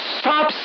stop